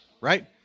right